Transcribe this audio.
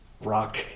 rock